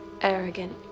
arrogant